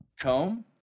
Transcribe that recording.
Comb